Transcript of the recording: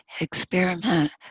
experiment